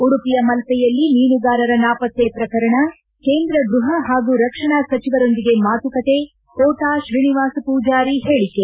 ಉಡುಪಿಯ ಮಲ್ಲೆಯಲ್ಲಿ ಮೀನುಗಾರರ ನಾವತ್ತೆ ಪ್ರಕರಣ ಕೇಂದ್ರ ಗ್ವಹ ಹಾಗೂ ರಕ್ಷಣಾ ಸಚಿವರೊಂದಿಗೆ ಮಾತುಕತೆ ಕೋಟಾ ಶ್ರೀನಿವಾಸ ಮೂಜಾರಿ ಹೇಳಿಕೆ